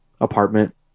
apartment